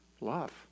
Love